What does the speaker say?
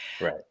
Right